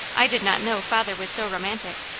i did not know father was so romantic.